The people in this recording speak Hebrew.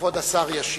כבוד השר ישיב.